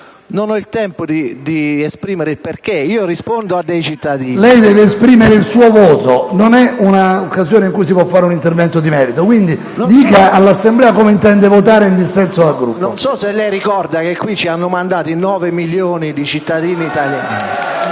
Non ho tempo di esprimere il perché. Io rispondo a dei cittadini. PRESIDENTE. Lei deve annunciare il suo voto. Non è un'occasione in cui si può fare un intervento di merito. Dica all'Assemblea come intende votare in dissenso dal Gruppo. CASTALDI *(M5S)*. Non so se lei ricorda che qui ci hanno mandato nove milioni di cittadini italiani.